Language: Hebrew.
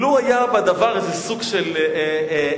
לו היה בדבר הזה סוג של אמת,